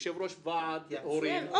יחיא (הרשימה המשותפת): לא.